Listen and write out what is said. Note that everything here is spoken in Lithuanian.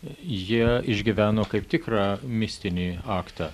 jie išgyveno kaip tikrą mistinį aktą